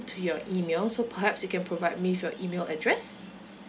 to your email so perhaps you can provide me your email address